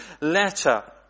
letter